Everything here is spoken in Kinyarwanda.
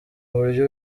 uburyo